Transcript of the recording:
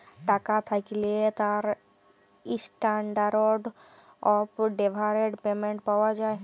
টাকা থ্যাকলে তার ইসট্যানডারড অফ ডেফারড পেমেন্ট পাওয়া যায়